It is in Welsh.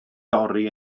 dorri